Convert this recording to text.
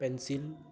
pencil